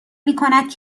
میکند